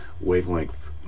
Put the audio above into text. wavelength